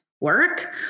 work